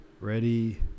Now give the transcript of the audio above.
ready